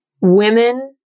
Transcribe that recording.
women